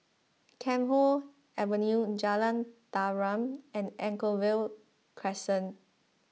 Camphor Avenue Jalan Tarum and Anchorvale Crescent